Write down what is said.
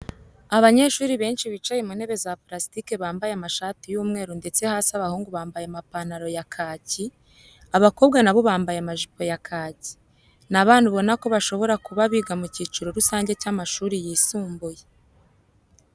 Abanyeshuri benshi bicaye mu ntebe za purasitike bamabaye amashati y'umweru ndetse hasi abahungu bambaye amapantaro ya kaki, abakobwa na bo bambaye amajipo ya kaki. Ni abana ubona ko bashobora kub abiga mu cyiciro rusange cy'amashuri yisumbuye.